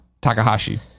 Takahashi